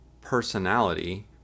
personality